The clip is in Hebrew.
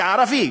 כערבי,